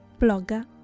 blogger